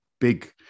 big